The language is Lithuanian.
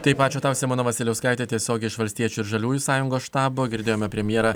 taip ačiū tau simona vasiliauskaitė tiesiogiai iš valstiečių ir žaliųjų sąjungos štabo girdėjome premjerą